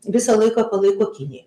visą laiką palaiko kiniją